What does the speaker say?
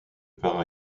par